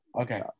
Okay